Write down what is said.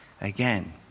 again